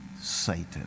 Satan